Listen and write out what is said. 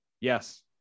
Yes